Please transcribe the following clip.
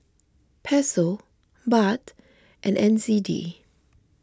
Peso Baht and N Z D